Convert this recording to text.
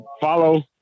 follow